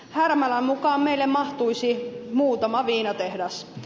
härmälän mukaan meille mahtuisi muutama viinatehdas